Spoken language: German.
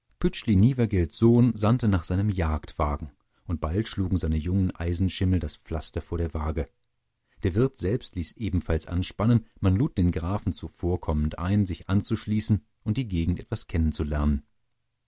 pütschli nievergelt sohn sandte nach seinem jagdwagen und bald schlugen seine jungen eisenschimmel das pflaster vor der waage der wirt selbst ließ ebenfalls anspannen man lud den grafen zuvorkommend ein sich anzuschließen und die gegend etwas kennenzulernen